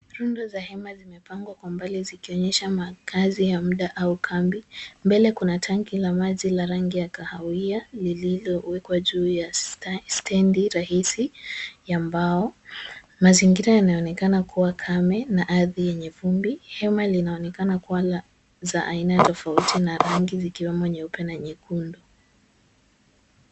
Rundo za hema zimepangwa kwa mbali zikionyesha makaazi ya muda au kambi. Mbele kuna tanki la maji la rangi ya kahawia lililowekwa juu ya stendi rahisi ya mbao. Mazingira yanaonekana kuwa kame na ardhi yenye vumbi. Hema linaonekana kuwa za aina tofauti na rangi zikiwemo nyeupe na nyekundu.